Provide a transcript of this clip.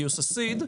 גיוס Seed,